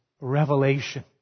revelation